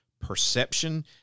perception